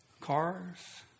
cars